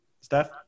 Steph